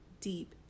deep